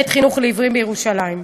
בית-חינוך לעיוורים בירושלים.